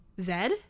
Zed